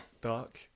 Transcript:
dark